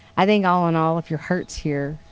i think all in all, if your hearts here,